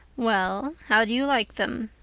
well, how do you like them?